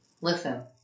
Listen